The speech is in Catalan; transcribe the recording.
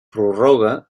prorroga